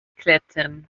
klettern